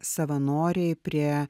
savanoriai prie